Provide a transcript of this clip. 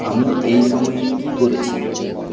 আমি এই সময়ে কী করেছি